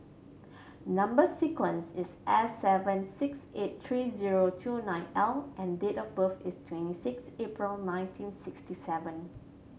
number sequence is S seven six eight three zero two nine L and date of birth is twenty six April nineteen sixty seven